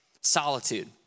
solitude